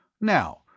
Now